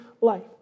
life